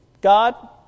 God